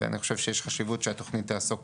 ואני חושב שיש חשיבות שהתכנית תעסוק